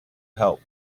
help